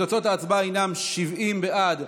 תוצאות ההצבעה הינן 70 בעד,